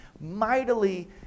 mightily